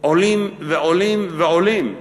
עולים ועולים ועולים,